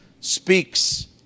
speaks